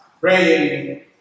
praying